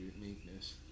uniqueness